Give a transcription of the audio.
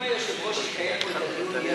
אם היושב-ראש יקיים פה את הדיון,